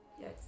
yes